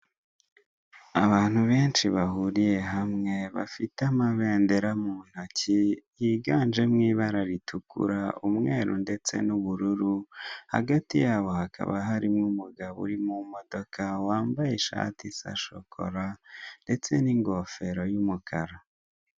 Abantu benshi bahuriye hamwe bafite amabendera muntoki yiganjemo ibara ritukura umweru ndetse nubururu hagati yabo hakaba harimo umugabo uri mumodoka wambaye ishati isa shokora ndetse ningofero yumukara.